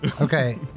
Okay